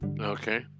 Okay